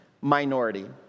minority